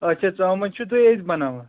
اچھا ژامَن چھُو تُہۍ أتھۍ بناوان